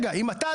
אם אתה,